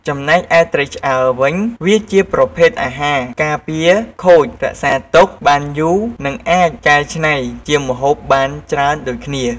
ចំណេកឯត្រីឆ្អើរវិញ វាជាប្រភេទអាហារការពារខូចរក្សាទុកបានយូរនិងអាចកែច្នៃជាម្ហូបបានច្រើនដូចគ្នា។